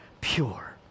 pure